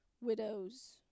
widows